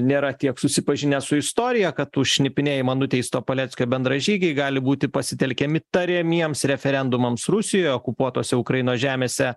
nėra tiek susipažinę su istorija kad už šnipinėjimą nuteisto paleckio bendražygiai gali būti pasitelkiami tariamiems referendumams rusijoj okupuotose ukrainos žemėse